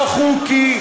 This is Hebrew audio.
לא חוקי,